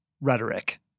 rhetoric